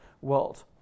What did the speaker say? world